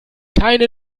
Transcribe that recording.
keine